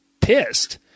pissed